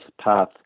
path